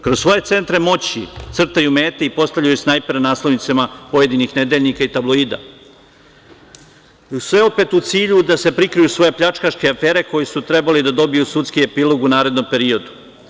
Kroz svoje centre moći crtaju mete i postavljaju snajpere na naslovnicama pojedinih nedeljnika i tabloida, a sve opet u cilju da prikriju svoje pljačkaške afere koje su trebale da dobiju sudski epilog u narednom periodu.